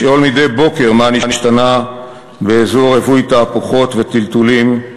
לשאול מדי בוקר מה נשתנה באזור רווי תהפוכות וטלטולים,